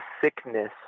sickness